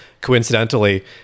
coincidentally